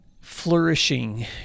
flourishing